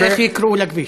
הוויכוח, איך יקראו לכביש.